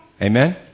Amen